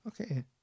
Okay